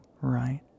right